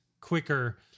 quicker